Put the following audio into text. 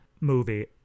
Movie